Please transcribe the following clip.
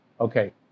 Okay